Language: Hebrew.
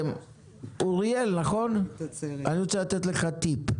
אוריאל, אני רוצה לתת לך טיפ,